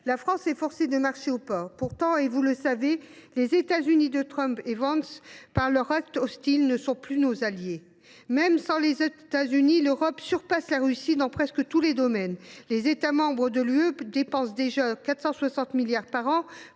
La France est forcée de marcher au pas. Pourtant, et vous le savez, les États Unis de Trump et Vance, par leurs actes hostiles, ne sont plus nos alliés. Même sans les États Unis, l’Europe surpasse la Russie dans presque tous les domaines. Les États membres de l’Union dépensent déjà 460 milliards